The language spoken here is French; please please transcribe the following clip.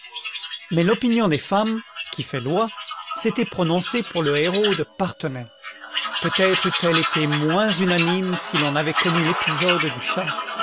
mais l'opinion des femmes qui fait loi s'était prononcée pour le héros de parthenay peutêtre eût-elle été moins unanime si l'on avait connu l'épisode du chat